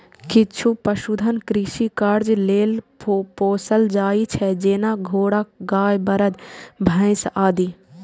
किछु पशुधन कृषि कार्य लेल पोसल जाइ छै, जेना घोड़ा, गाय, बरद, भैंस आदि